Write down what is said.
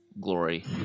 glory